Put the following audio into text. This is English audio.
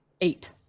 Eight